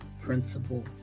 principle